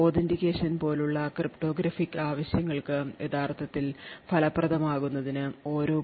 authentication പോലുള്ള cryptographic ആവശ്യങ്ങൾക്ക് യഥാർത്ഥത്തിൽ ഉപയോഗപ്രദമാകുന്നതിന് ഓരോ പി